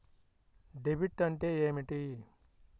Debit అంటే ఏమిటి?